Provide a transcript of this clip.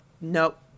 nope